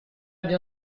bien